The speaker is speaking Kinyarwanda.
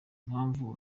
impamvu